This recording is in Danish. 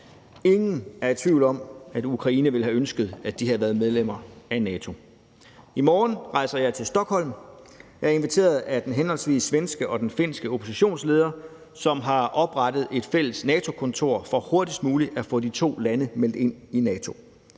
Ingen er i tvivl om, at Ukraine ville have ønsket, at de havde været medlemmer af NATO. I morgen rejser jeg til Stockholm. Jeg er inviteret af henholdsvis den svenske og den finske oppositionsleder, som har oprettet et fælles NATO-kontor for hurtigst muligt at få de to lande meldt ind i NATO.